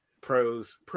pros